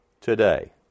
today